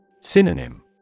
Synonym